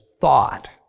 thought